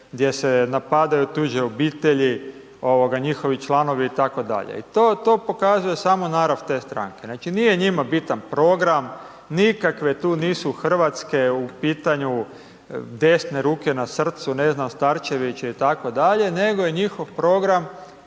gdje se napadaju tuđe obitelji, njihovi članovi itd., i to pokazuje samo narav te stranke. Znači nije njima bitan program, nikakve tu nisu hrvatske u pitanju desne ruke na srcu, ne znam Starčević itd., nego je njihov program